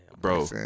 Bro